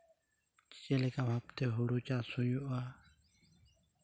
ᱪᱮᱫ ᱞᱮᱠᱟ ᱵᱷᱟᱵᱽᱛᱮ ᱦᱩᱲᱩ ᱪᱟᱥ ᱦᱩᱭᱩᱜᱼᱟ